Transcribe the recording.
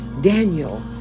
Daniel